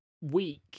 week